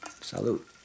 Salute